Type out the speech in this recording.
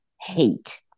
hate